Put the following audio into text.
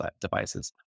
devices